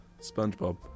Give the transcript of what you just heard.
SpongeBob